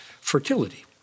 fertility